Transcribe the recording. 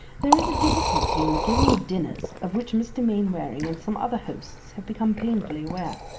there is a difficulty in the giving of dinners of which mr. mainwaring and some other hosts have become painfully aware.